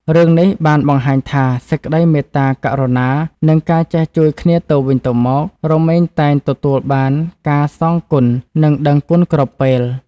រឿងនេះបានបង្ហាញថា សេចក្តីមេត្តាករុណា និង ការចេះជួយគ្នាទៅវិញទៅមក រមែងតែងទទួលបានការសងគុណនិងដឹងគុណគ្រប់ពេល។